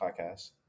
podcast